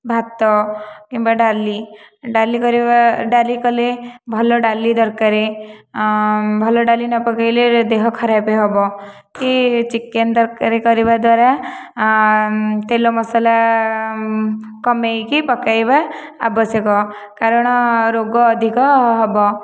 ଭାତ କିମ୍ବା ଡାଲି ଡାଲି କରିବା ଡାଲି କଲେ ଭଲ ଡାଲି ଦରକାର ଭଲ ଡାଲି ନ ପକାଇଲେ ଦେହ ଖରାପ ହେବ କି ଚିକେନ ତରକାରୀ କରିବା ଦ୍ୱାରା ତେଲ ମସଲା କମାଇକି ପକାଇବା ଆବଶ୍ୟକ କାରଣ ରୋଗ ଅଧିକ ହେବ